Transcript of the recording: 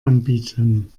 anbieten